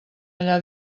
allà